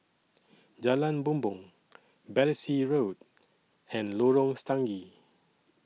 Jalan Bumbong Battersea Road and Lorong Stangee